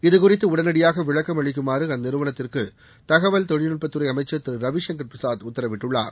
இது குறித்து உடனடியாக விளக்கம் அளிக்குமாறு அந்நிறுவனத்திற்கு தகவல் தொழில்நுட்பத்துறை அமைச்சர் திரு ரவிசங்கர் பிரசாத் உத்தரவிட்டுள்ளார்